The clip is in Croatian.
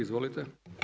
Izvolite.